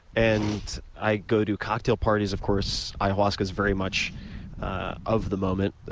and i go do cocktail parties, of course, ayahuasca's very much of the moment.